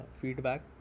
feedback